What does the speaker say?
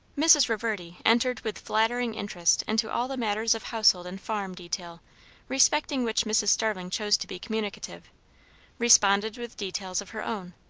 mrs. reverdy entered with flattering interest into all the matters of household and farm detail respecting which mrs. starling chose to be communicative responded with details of her own.